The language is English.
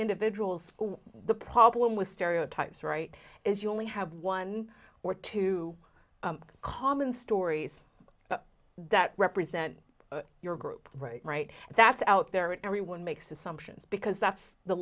individuals the problem with stereotypes right is you only have one or two common stories that represent your group right right that's out there everyone makes assumptions because that's the